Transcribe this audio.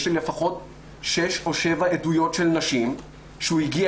יש לי לפחות שש או שבע עדויות של נשים שהוא הגיע